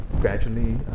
gradually